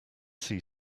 see